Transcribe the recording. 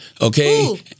Okay